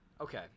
Okay